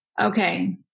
Okay